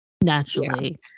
naturally